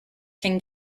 can